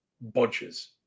bunches